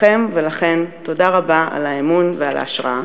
לכם ולכן, תודה רבה על האמון ועל ההשראה.